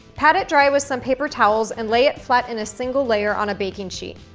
pat it dry with some paper towels and lay it flat in a single layer on a baking sheet.